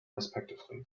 respectively